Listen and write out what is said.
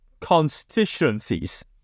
constituencies